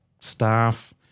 staff